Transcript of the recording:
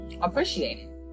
appreciate